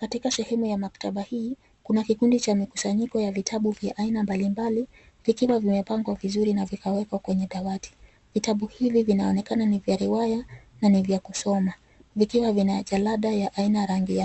Katika sehemu ya maktaba hii kuna kikundi cha mkusanyiko wa vitabu vya aina mbalimbali vikiwa vimepangwa vizuri na vikawekwa kwa dawati. Vitabu hivi vinaonekana ni vya riwaya na ni vya kusoma. Vikiwa vina jalada aina rangi,